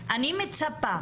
אני מצפה